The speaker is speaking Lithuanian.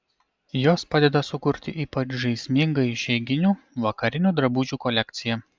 jos padeda sukurti ypač žaismingą išeiginių vakarinių drabužių kolekciją